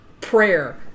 prayer